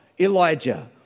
Elijah